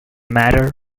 matter